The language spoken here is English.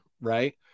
right